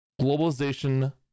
globalization